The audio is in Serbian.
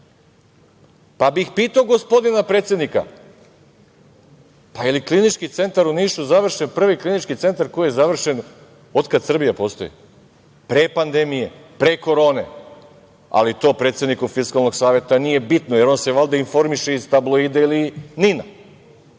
Pa bih pitao gospodina predsednika – je li Klinički centar u Nišu završen, prvi klinički centar koji je završen otkad Srbija postoji, pre pandemije, pre korone? Ali, to predsedniku Fiskalnog saveta nije bitno, jer on se valjda informiše iz tabloida ili NIN-a.